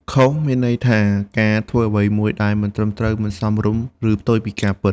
ខុស មានន័យថា ការធ្វើអ្វីមួយដែលមិនត្រឹមត្រូវ មិនសមរម្យ ឬផ្ទុយពីការពិត។